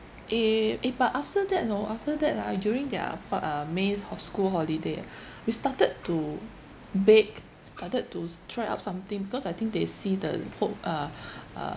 eh eh but after that you know after that ah during their for uh may ho~ school holiday ah we started to bake started to s~ try out something because I think they see the home uh uh